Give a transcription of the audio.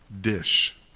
dish